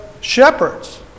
shepherds